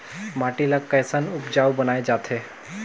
माटी ला कैसन उपजाऊ बनाय जाथे?